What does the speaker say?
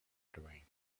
drink